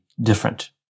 different